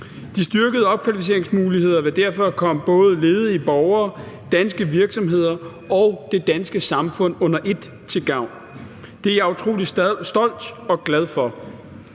De styrkede opkvalificeringsmuligheder vil derfor komme både ledige borgere, danske virksomheder og det danske samfund under ét til gavn. Det er jeg utrolig stolt over og glad for.